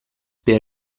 per